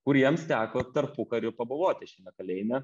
kuriems teko tarpukariu pabuvoti šiame kalėjime